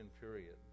Period